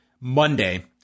Monday